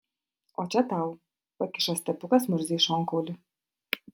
o čia tau pakišo stepukas murzei šonkaulį